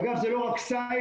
אגב, זה לא רק א-סייד.